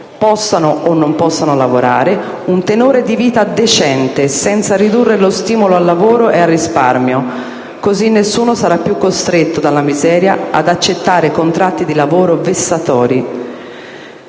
possano o non possano lavorare, un tenore di vita decente, senza ridurre lo stimolo al lavoro e al risparmio. Così nessuno sarà più costretto dalla miseria ad accettare contratti di lavoro vessatori».